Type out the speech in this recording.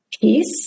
peace